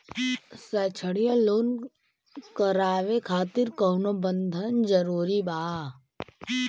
शैक्षणिक लोन करावे खातिर कउनो बंधक जरूरी बा?